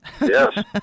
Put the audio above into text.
Yes